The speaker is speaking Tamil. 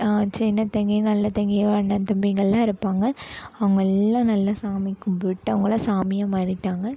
சின்ன தங்கை நல்ல தங்கையோட அண்ணன் தம்பிங்க எல்லாம் இருப்பாங்க அவங்க எல்லாம் நல்லா சாமி கும்பிட்டு அவங்கலாம் சாமியாக மாறிட்டாங்க